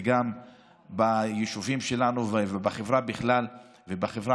וגם ביישובים שלנו ובחברה בכלל ובחברה